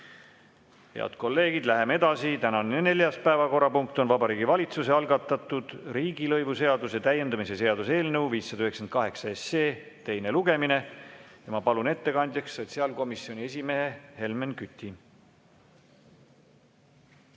Head kolleegid! Läheme edasi. Tänane neljas päevakorrapunkt on Vabariigi Valitsuse algatatud riigilõivuseaduse täiendamise seaduse eelnõu 598 teine lugemine. Ma palun ettekandjaks sotsiaalkomisjoni esimehe Helmen Küti.